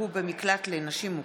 ביטול כלובים בתעשיית הביצים),